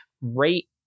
rate